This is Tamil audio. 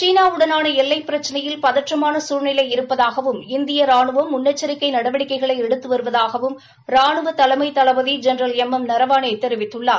சீனா வுடனாள எல்லைப் பிரச்சினையில் பதற்றமான சூழ்நிலை இருப்பதாகவும் இந்திய ரானுவம் முன்னெச்சரிக்கை நடவடிக்கைகளை எடுத்து வருவதாகவும் ரானுவ தலைமை தளபதி ஜெனரல் எம் எம் நரவாணே தெரிவித்துள்ளார்